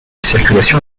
circulation